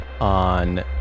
on